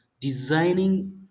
designing